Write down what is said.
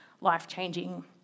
life-changing